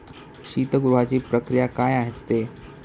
शीतगृहाची प्रक्रिया काय असते?